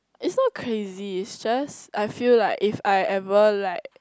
it's not crazy it's just I feel like if I ever like